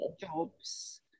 jobs